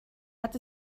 hat